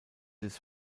des